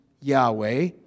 Yahweh